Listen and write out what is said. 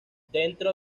dentro